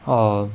oh